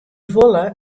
wolle